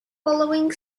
following